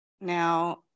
now